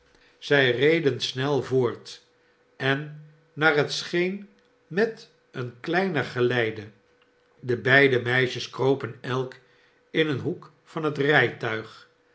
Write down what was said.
zij reden snel voort en naar het scheen met een kleiner geleide de beide meisjes kropen elk in een hoek van het rijtuig